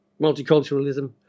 multiculturalism